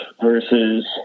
versus